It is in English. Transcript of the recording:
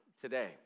today